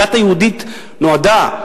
הדת היהודית נועדה,